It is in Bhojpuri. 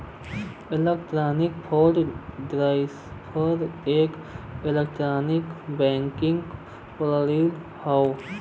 इलेक्ट्रॉनिक फण्ड ट्रांसफर एक इलेक्ट्रॉनिक बैंकिंग प्रणाली हौ